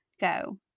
go